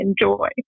enjoy